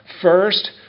First